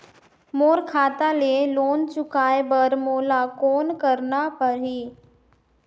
मोर खाता ले लोन चुकाय बर मोला कौन करना पड़ही?